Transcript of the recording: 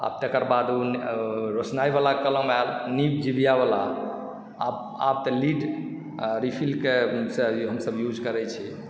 आब तकर बाद रोसनाइवला कलम आयल निब जिभियावला आब आब तऽ लीड रीफिलके हमसभ यूज करैत छी